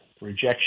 rejection